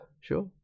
sure